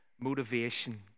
motivation